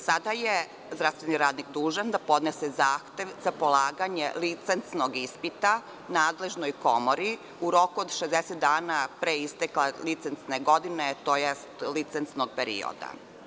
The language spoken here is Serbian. Sada je zdravstveni radnik dužan da podnese zahtev za polaganje licencnog ispita nadležnoj komori u roku od 60 dana pre isteka licencne godine, tj. licencnog perioda.